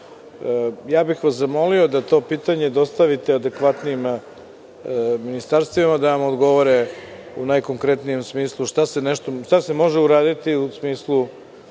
bih vas da to pitanje dostavite adekvatnijim ministarstvima da vam odgovore u najkonkretnijem smislu, šta se može uraditi u smislu